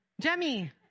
Jemmy